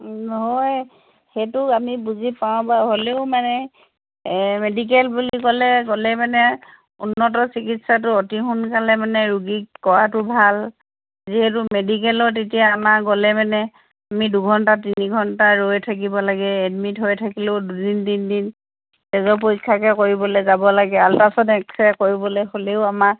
নহয় সেইটো আমি বুজি পাওঁ বাৰু হ'লেও মানে মেডিকেল বুলি ক'লে গ'লে মানে উন্নত চিকিৎসাটো অতি সোনকালে মানে ৰোগীক কৰাটো ভাল যিহেতু মেডিকেলত এতিয়া আমাৰ গ'লে মানে আমি দুঘণ্টা তিনি ঘণ্টা ৰৈ থাকিব লাগে এডমিট হৈ থাকিলেও দুদিন তিনদিন তেজৰ পৰীক্ষাকে কৰিবলে যাব লাগে আল্ট্ৰাচাউণ্ড এক্সৰে কৰিবলে হ'লেও আমাক